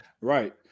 Right